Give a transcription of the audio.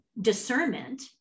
discernment